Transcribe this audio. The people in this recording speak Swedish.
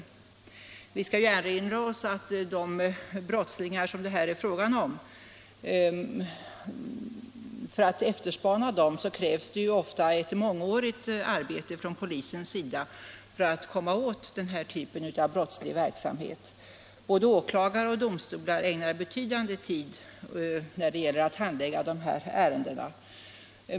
Jag vill erinra — Nr 58 om att det krävs ett ofta mångårigt arbete från polisens sida för att efter Fredagen den spana de brottslingar det här är fråga om och över huvud taget komma 21 januari 1977 åt den här typen av brottslig verksamhet. Både åklagare och domstolar IL ägnar betydande tid åt handläggningen av sådana här ärenden.